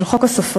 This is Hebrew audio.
של חוק הספרים,